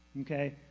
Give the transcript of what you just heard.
okay